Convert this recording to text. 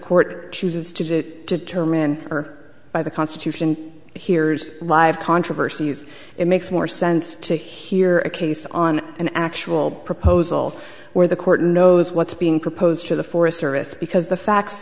court chooses to determine or by the constitution hears live controversies it makes more sense to hear a case on an actual proposal where the court knows what's being proposed to the forest service because the facts